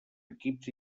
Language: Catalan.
equips